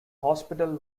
hospital